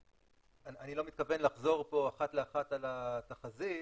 אני לא מתכוון לחזור פה אחת לאחת על התחזית,